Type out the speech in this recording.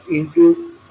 25V0 142